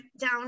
down